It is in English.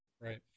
Right